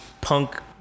punk